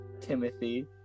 Timothy